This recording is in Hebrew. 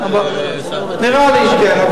נראה לי שכן.